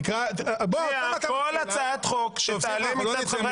תקרא --- "כל הצעת חוק שתעלה מצד חברי